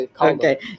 okay